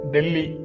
Delhi